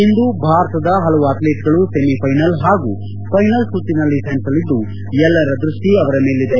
ಇಂದು ಭಾರತದ ಹಲವು ಅಥ್ಲೀಟ್ಗಳು ಸೆಮಿಫೈನಲ್ ಹಾಗೂ ಫೈನಲ್ ಸುತ್ತಿನಲ್ಲಿ ಸೆಣಸಲಿದ್ದು ಎಲ್ಲರ ದ್ವಷ್ಷಿ ಅವರ ಮೇಲಿದೆ